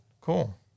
cool